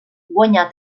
guanyà